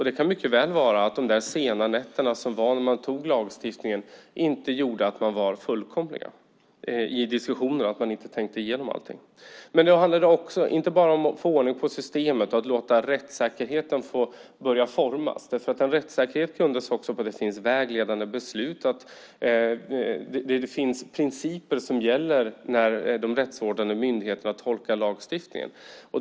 Det kan mycket väl vara så att de sena nätterna inför att man skulle anta lagstiftningen gjorde att man inte var fullkomlig i diskussionerna och inte tänkte igenom allting. Men nu handlar det inte bara om att få ordning på systemet och låta rättssäkerheten börja formas därför att rättssäkerheten grundas också på att det finns vägledande beslut och principer som gäller när de rättsvårdande myndigheterna tolkar lagstiftningen.